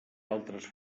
altres